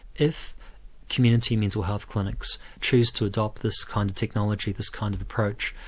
if community mental health clinics choose to adopt this kind of technology, this kind of approach,